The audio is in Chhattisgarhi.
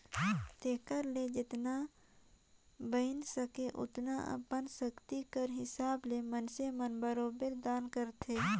तेकरे ले जेतना बइन सके ओतना अपन सक्ति कर हिसाब ले मइनसे मन बरोबेर दान करथे